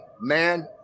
man